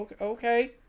Okay